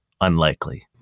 unlikely